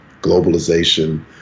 globalization